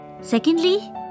Secondly